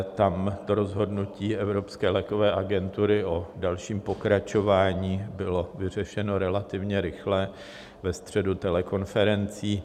A tam to rozhodnutí Evropské lékové agentury o dalším pokračování bylo vyřešeno relativně rychle ve středu telekonferencí.